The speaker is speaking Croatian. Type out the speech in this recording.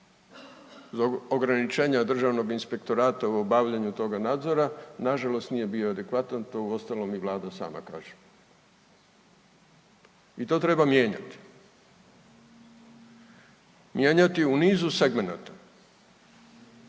za ograničenja Državnog inspektorata u obavljanju toga nadzora nažalost nije bio adekvatan, to uostalom i Vlada sama kaže. I to treba mijenjati. Mijenjati u nizu segmenata,